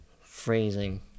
phrasing